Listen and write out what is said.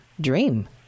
dream